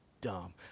dumb